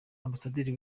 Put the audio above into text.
ambasaderi